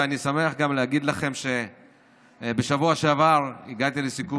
ואני שמח להגיד לכם שבשבוע שעבר הגעתי לסיכום,